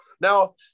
Now